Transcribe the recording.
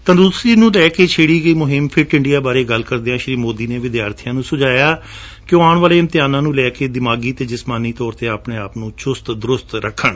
ਤੰਦਰੁਸਤੀ ਨੂੰ ਲੈ ਕੇ ਛੇੜੀ ਗਈ ਮੁਹਿਮ ਫਿਟ ਇੰਡੀਆਂ ਬਾਰੇ ਗੱਲ ਕਰਦਿਆਂ ਸ੍ਸੀ ਮੋਦੀ ਨੇ ਵਿਦਿਆਰਥੀਆਂ ਨੂੰ ਸੁਝਾਇਆ ਕਿ ਉਹ ਆਪਣੇ ਆਉਣ ਵਾਲੇ ਇਮਤਿਹਾਨਾਂ ਨੂੰ ਲੈ ਕੇ ਦਿਮਾਗੀ ਅਤੇ ਜਿਸਮਾਨੀ ਤੌਰ ਤੇ ਆਪਣੇ ਆਪ ਨੂੰ ਚੁਸਤ ਦਰੁਸਤ ਰੱਖਣ